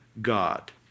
God